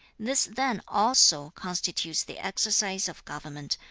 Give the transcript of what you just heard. this then also constitutes the exercise of government.